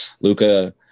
Luca